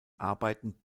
arbeiten